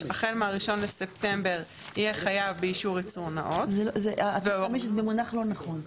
החל מ-1 בספטמבר יהיה חייב באישור ייצור נאות את משתמשת במונח לא נכון.